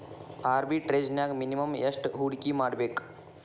ಆರ್ಬಿಟ್ರೆಜ್ನ್ಯಾಗ್ ಮಿನಿಮಮ್ ಯೆಷ್ಟ್ ಹೂಡ್ಕಿಮಾಡ್ಬೇಕ್?